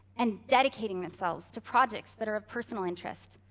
and dedicating themselves to projects that are of personal interest.